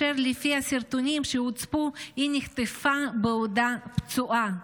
לפי הסרטונים שהופצו, היא נחטפה בעודה פצועה.